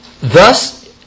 Thus